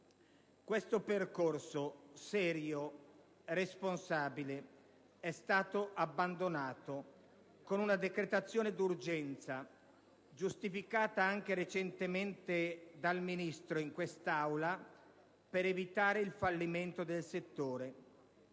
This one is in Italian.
Questo percorso serio e responsabile è stato abbandonato con una decretazione d'urgenza giustificata anche recentemente dal Ministro in quest'Aula con l'esigenza di evitare il fallimento del settore,